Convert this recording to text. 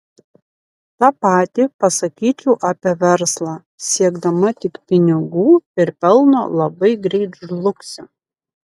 tą patį pasakyčiau apie verslą siekdama tik pinigų ir pelno labai greit žlugsi